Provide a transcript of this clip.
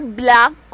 black